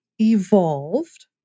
evolved